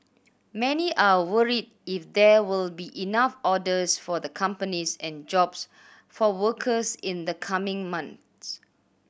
many are worried if there will be enough orders for the companies and jobs for workers in the coming months